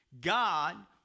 God